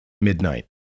Midnight